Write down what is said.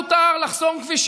כי לשמאל מותר לחסום כבישים,